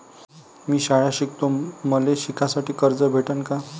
मी शाळा शिकतो, मले शिकासाठी कर्ज भेटन का?